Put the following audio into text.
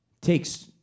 takes